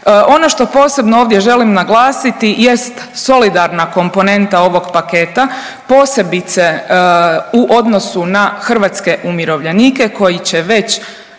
Ono što posebno ovdje želim naglasiti jest solidarna komponenta ovog paketa. Posebice u odnosu na hrvatske umirovljenike koji će već